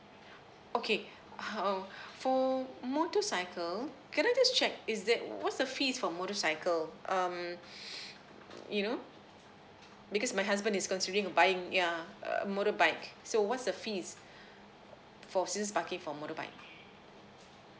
okay how for motorcycle can I just check is there what's the fees for motorcycle um you know because my husband is considering of buying yeah a motorbike so what's the fees for seasons parking for motorbike